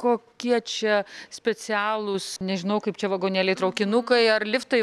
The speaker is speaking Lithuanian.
kokie čia specialūs nežinau kaip čia vagonėliai traukinukai ar liftai